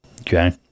Okay